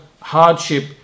hardship